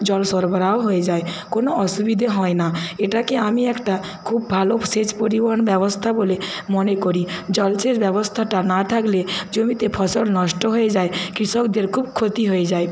জল সরবরাহ হয়ে যায় কোনো অসুবিধে হয় না এটাকে আমি একটা খুব ভালো সেচ পরিবহন ব্যবস্থা বলে মনে করি জলসেচ ব্যবস্থাটা না থাকলে জমিতে ফসল নষ্ট হয়ে যায় কৃষকদের খুব ক্ষতি হয়ে যায়